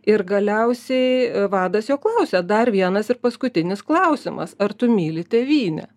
ir galiausiai vadas jo klausia dar vienas ir paskutinis klausimas ar tu myli tėvynę